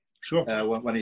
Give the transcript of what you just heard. Sure